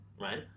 Right